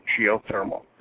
geothermal